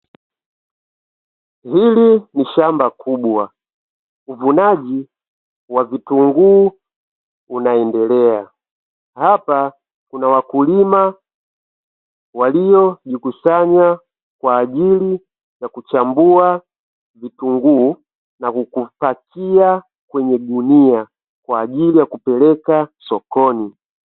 Hili ni shamba kubwa, uvunaji wa vitunguu unaendelea. Hapa kuna wakulima waliojikusanya, kwa ajili ya kuchambua vitunguu, na kuvipakia kwenye gunia, kwa ajili ya kupeleka sokoni.